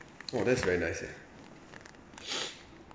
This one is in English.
oh that's very nice eh